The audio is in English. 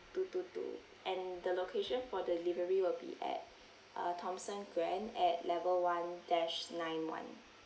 two two two and the location for delivery will be at uh thomson grand at level one dash nine one